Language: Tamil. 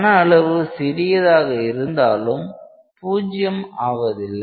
கன அளவு சிறியதாக இருந்தாலும் பூஜ்ஜியம் ஆவதில்லை